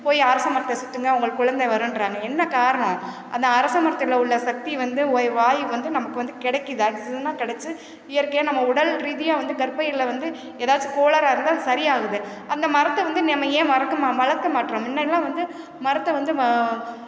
போய் அரச மரத்தை சுத்துங்கள் உங்களுக்கு குழந்தை வருன்றாங்க என்ன காரணம் அந்த அரச மரத்தில் உள்ள சக்தி வந்து ஒய் வாயு வந்து நமக்கு வந்து கிடைக்கிது ஆக்ஸிசனாக கிடச்சு இயற்கையாக நம்ம உடல் ரீதியாக வந்து கர்ப்பையில் வந்து ஏதாச்சும் கோளாறாக இருந்தால் அது சரியாகுது அந்த மரத்தை வந்து நம்ம ஏன் வரக்குமா வளர்க்க மாட்டேறோம் முன்னெல்லாம் வந்து மரத்தை வந்து வ